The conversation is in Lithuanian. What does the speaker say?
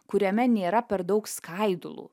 kuriame nėra per daug skaidulų